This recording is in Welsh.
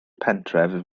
pentref